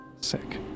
Sick